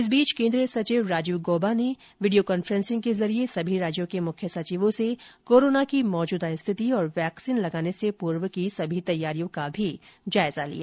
इस बीच केन्द्रीय सचिव राजीव गौबा ने वीडियो कॉन्फ्रेसिंग के जरिये समी राज्यों के मुख्य सचिवों से कोरोना की मौजूदा स्थिति और वैक्सीन लगाने से पूर्व की सभी तैयारियों का भी जायजा लिया